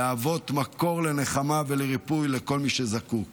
להוות מקור לנחמה ולריפוי לכל מי שזקוק לכך.